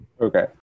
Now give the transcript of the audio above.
Okay